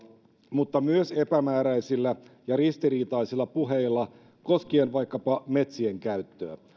mutta myös epämääräisillä ja ristiriitaisilla puheilla koskien vaikkapa metsien käyttöä